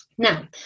Now